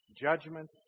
judgment